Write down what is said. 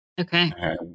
okay